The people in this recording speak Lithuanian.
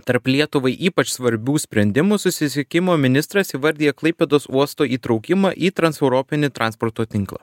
tarp lietuvai ypač svarbių sprendimų susisiekimo ministras įvardijo klaipėdos uosto įtraukimą į transeuropinį transporto tinklą